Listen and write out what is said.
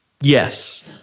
Yes